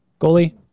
goalie